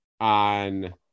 on